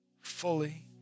fully